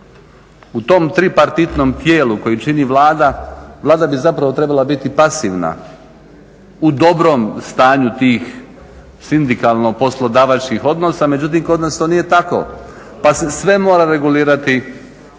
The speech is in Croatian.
U tom tripartitnom tijelu koje čini Vlada, Vlada bi zapravo trebala biti pasivna u dobrom stanju tih sindikalno-poslodavačkih odnosa, međutim kod nas to nije tako pa se sve mora regulirati